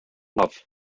love